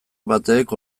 batek